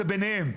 זה ביניהם.